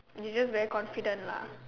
you just very confident lah